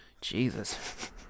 Jesus